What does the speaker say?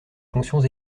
fonctions